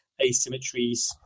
asymmetries